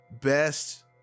best